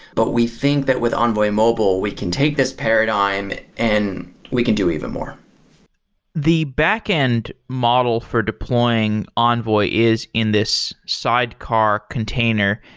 but we think that with envoy mobile, we can take this paradigm and we can do even more the backend model for deploying envoy is in this sidecar container.